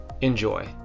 Enjoy